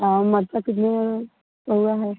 मरचा कितने में पौवा है